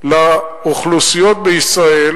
לאוכלוסיות בישראל,